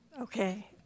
Okay